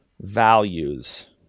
values